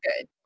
good